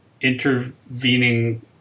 intervening